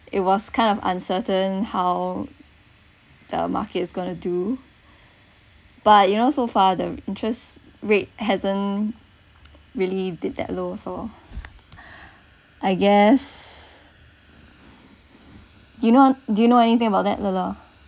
it was kind of uncertain how the market's gonna do but you know so far the interest rate hasn't really dip that low so I guess you know do you know anything about that lele